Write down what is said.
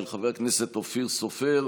של חבר הכנסת אופיר סופר,